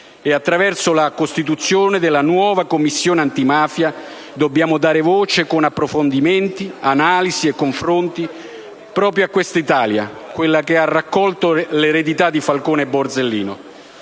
attraverso la costituzione della nuova Commissione antimafia dobbiamo dare voce, con approfondimenti, analisi e confronti, proprio a questa Italia: quella che ha raccolto l'eredità di Falcone e Borsellino;